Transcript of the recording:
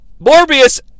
Morbius